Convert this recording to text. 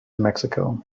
mexico